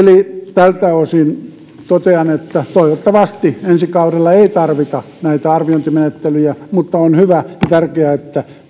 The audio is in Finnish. tältä osin totean että toivottavasti ensi kaudella ei tarvita näitä arviointimenettelyjä mutta on hyvä ja tärkeää että